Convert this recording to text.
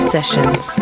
Sessions